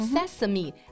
Sesame